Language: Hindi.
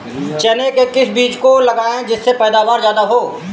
चने के किस बीज को लगाएँ जिससे पैदावार ज्यादा हो?